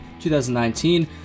2019